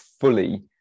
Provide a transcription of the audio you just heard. fully